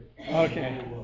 Okay